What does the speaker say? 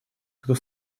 кто